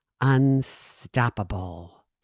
unstoppable